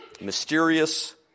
Mysterious